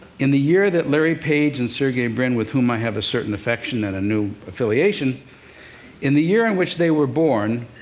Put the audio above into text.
in the year that larry page and sergey brin with whom i have a certain affection and a new affiliation in the year in which they were born,